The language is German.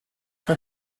herr